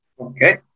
okay